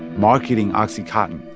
marketing oxycontin.